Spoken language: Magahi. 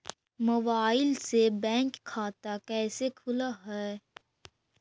मोबाईल से बैक खाता कैसे खुल है?